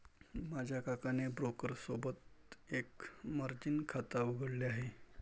माझ्या काकाने ब्रोकर सोबत एक मर्जीन खाता उघडले आहे